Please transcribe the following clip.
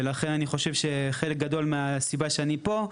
ולכן אני חושב שחלק גדול מהסיבה שאני פה,